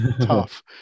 Tough